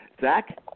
Zach